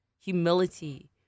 humility